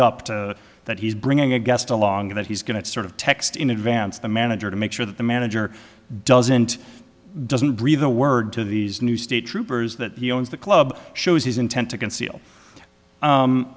up to that he's bringing a guest along that he's going to sort of text in advance the manager to make sure that the manager doesn't doesn't breathe a word to these new state troopers that he owns the club shows his intent to conceal